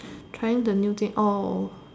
trying the new thing all